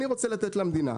אני רוצה לתת למדינה,